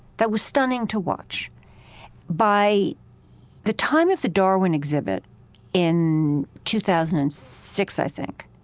that was stunning to watch by the time of the darwin exhibit in two thousand and six, i think,